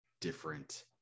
different